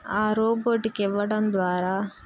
ఆ రోబోట్కి ఇవ్వడం ద్వారా